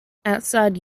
outside